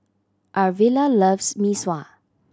Arvilla loves Mee Sua